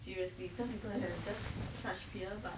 seriously some people have just such fear but